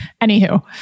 anywho